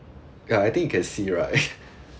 ya I think you can see right